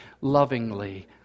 lovingly